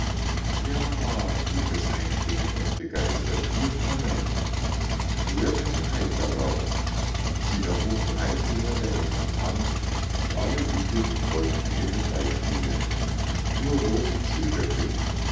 ja rief es einstimmig und begeistert wir kommen schwört einen eid darauf sie erhob drei finger der rechten hand und alle übrigen folgten ihrem beispiele nur rosi zögerte